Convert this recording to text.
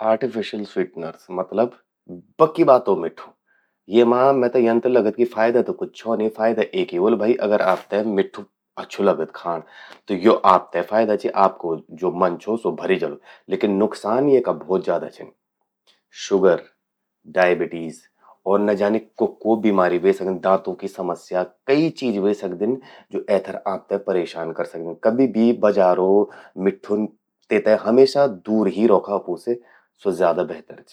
Artificial sweetener मतलब बक्की बातो मिठ्ठु। येमा मेते यन लगद कि फायदा त कुछ छो नी, फायदा त एक ही ह्वोलु कि अगर आपते मिठ्ठु अच्छू लगद खाण। त यो आपते फायदा चि आपो ज्वो मन छो स्वो भरि जलु लेकिन, नुकसान येका भौत ज्यादा छिन। शुगर, डायबिटीज और न जाने क्वो क्वो बीमारी ह्वे सकदिन। दातों की समस्या कई चीज ह्वे सकदिन, ज्वो एथर आपते परेशान करि सकदिन। कभी भी बजारो मिठ्ठु तेते हमेशा दूर ही रौखा अफू से, स्वो ज्यादा बेहतर चि।